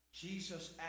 Jesus